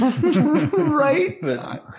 Right